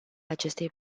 acestei